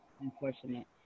unfortunate